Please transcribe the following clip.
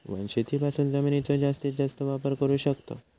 वनशेतीपासून जमिनीचो जास्तीस जास्त वापर करू शकताव